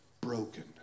Broken